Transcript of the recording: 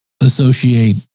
associate